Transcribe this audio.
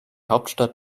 hauptstadt